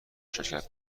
شرکت